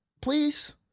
please